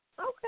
Okay